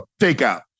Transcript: takeout